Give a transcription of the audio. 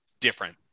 different